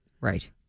Right